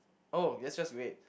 oh let's just wait